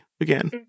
again